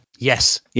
Yes